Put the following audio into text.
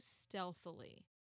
stealthily